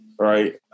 right